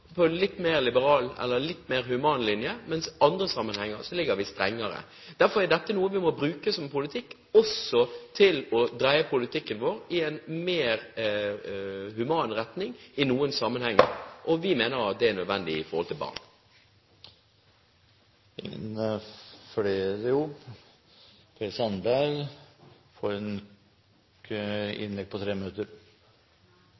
på en litt mer liberal, eller litt mer human linje, mens i andre sammenhenger er vi strengere. Derfor er dette noe vi må bruke som politikk, også for å dreie politikken vår i en mer human retning i noen sammenhenger. Vi mener at det er nødvendig i forhold til barn. Representanten Per Sandberg har hatt ordet to ganger tidligere og får ordet til en